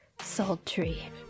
sultry